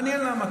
מעניין למה.